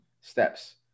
steps